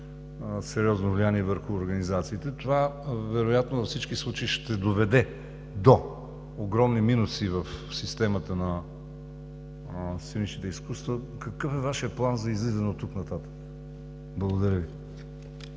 сериозно влияние върху организациите, и това вероятно във всички случаи ще доведе до огромни минуси в системата на сценичните изкуства. Какъв е Вашият план за излизане оттук нататък? Благодаря Ви.